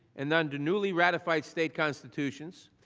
and under newly ratified state constitutions,